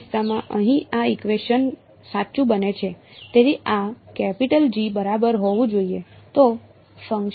તે કિસ્સામાં અહીં આ ઇકવેશન સાચુ બને છે તેથી આ કેપિટલ G બરાબર હોવું જોઈએ